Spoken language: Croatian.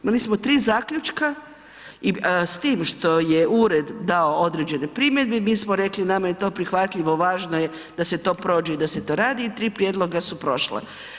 Imali smo tri zaključka i s tim što je ured dao određene primjedbe i mi smo rekli nama je to prihvatljivo, važno je da se to prođe i da se to radi i tri prijedloga su prošla.